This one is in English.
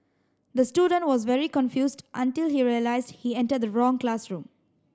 the student was very confused until he realised he entered the wrong classroom